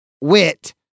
wit